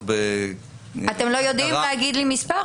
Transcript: ב --- אתם לא יודעים להגיד לי מספר?